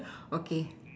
okay